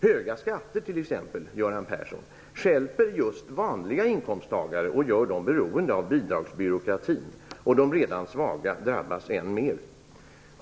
Höga skatter t.ex., Göran Persson, stjälper just vanliga inkomsttagare och gör dem beroende av bidragsbyråkratin. De redan svaga drabbas än mer.